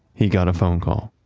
he got a phone call